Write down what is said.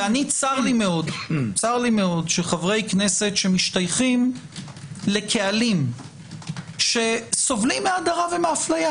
צר לי מאוד חברי כנסת שמשתייכים לקהלים שסובלים מהדרה ומאפליה